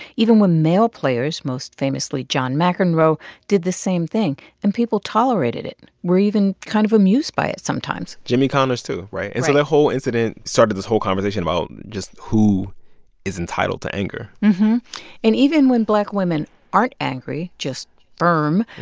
even when male players most famously john mcenroe did the same thing, and people tolerated it. we're even kind of amused by it sometimes jimmy connors too, right? right and so that whole incident started this whole conversation about just who is entitled to anger and even when black women aren't angry, just firm,